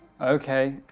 Okay